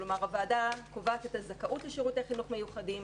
כלומר הוועדה קובעת את הזכאות לשירותי חינוך מיוחדים